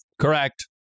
Correct